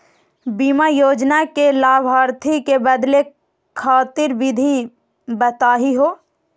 बीमा योजना के लाभार्थी क बदले खातिर विधि बताही हो?